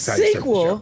sequel